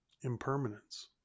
impermanence